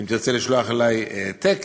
אם תרצה לשלוח אלי העתק,